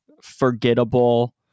forgettable